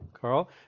Carl